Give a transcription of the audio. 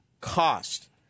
Cost